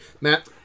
Matt